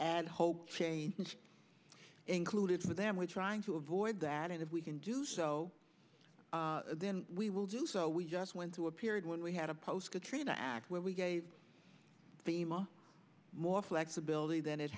and hope change included for them we're trying to avoid that and if we can do so then we will do so we just went through a period when we had a post katrina act where we gave thema more flexibility than